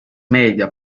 meedia